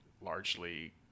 largely